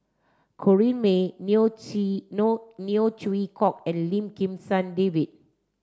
Corrinne May Neo Chwee Neo Chwee Kok and Lim Kim San David